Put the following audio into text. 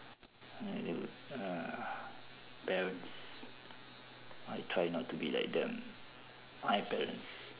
anyway uh parents I try not to be like them my parents